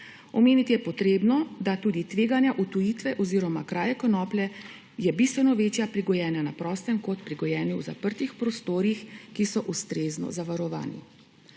Omeniti je treba, da je tudi tveganje odtujitve oziroma kraje konoplje bistveno večje pri gojenju na prostem kot pri gojenju v zaprtih prostorih, ki so ustrezno zavarovani.